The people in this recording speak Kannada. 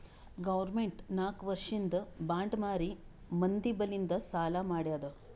ಗೌರ್ಮೆಂಟ್ ನಾಕ್ ವರ್ಷಿಂದ್ ಬಾಂಡ್ ಮಾರಿ ಮಂದಿ ಬಲ್ಲಿಂದ್ ಸಾಲಾ ಮಾಡ್ಯಾದ್